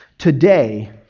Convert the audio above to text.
today